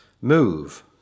move